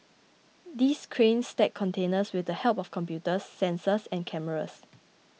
these cranes stack containers with the help of computers sensors and cameras